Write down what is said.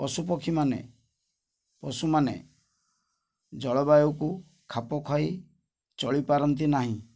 ପଶୁପକ୍ଷୀମାନେ ପଶୁମାନେ ଜଳବାୟୁକୁ ଖାପ ଖୁଆଇ ଚଳିପାରନ୍ତି ନାହିଁ